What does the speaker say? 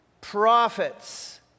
Prophets